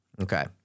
Okay